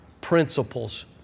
principles